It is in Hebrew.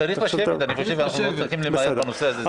צריך לשבת, אנחנו לא צריכים למהר בנושא הזה.